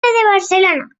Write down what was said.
barcelona